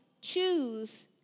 choose